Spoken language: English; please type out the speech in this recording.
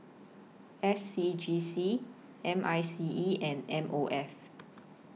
S C G C M I C E and M O F